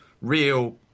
real